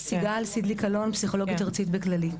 אני פסיכולוגית ארצית בכללית.